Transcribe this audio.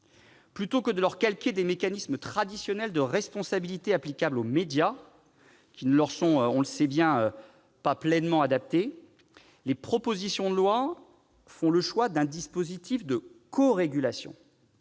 Plutôt que de calquer des mécanismes traditionnels de responsabilité applicables aux médias qui ne leur sont pas pleinement adaptés, les propositions de loi font le choix d'un dispositif de corégulation